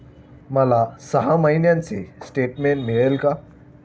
मला सहा महिन्यांचे स्टेटमेंट मिळेल का?